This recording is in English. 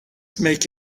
make